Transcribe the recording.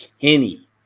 kenny